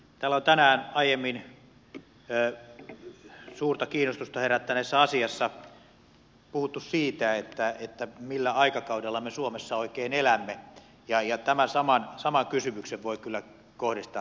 täällä on tänään aiemmin suurta kiinnostusta herättäneessä asiassa puhuttu siitä millä aikakaudella me suomessa oikein elämme ja tämän saman kysymyksen voi kyllä kohdistaa tähänkin asiaan